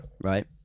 right